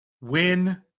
win